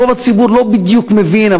רוב הציבור לא בדיוק מבין,